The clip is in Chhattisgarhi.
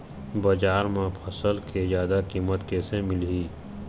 बजार म फसल के जादा कीमत कैसे मिलही?